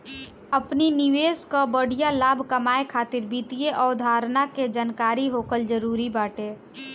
अपनी निवेश कअ बढ़िया लाभ कमाए खातिर वित्तीय अवधारणा के जानकरी होखल जरुरी बाटे